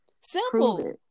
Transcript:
Simple